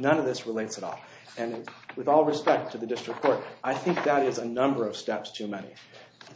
none of this relates at all and with all respect to the district court i think that is a number of steps too many